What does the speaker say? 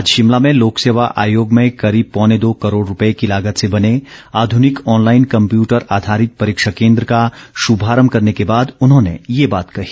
आज शिमला में ैलोकसेवा आयोग में करीब पौने दो करोड़ रूपए की लागत से बने आध्रनिक ऑनलाईन कम्पयूटर आधारित परीक्षा केन्द्र का शुभारम्भ करने के बाद उन्होंने ये बात कही